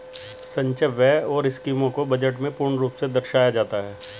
संचय व्यय और स्कीमों को बजट में पूर्ण रूप से दर्शाया जाता है